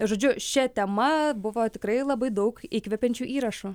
žodžiu šia tema buvo tikrai labai daug įkvepiančių įrašų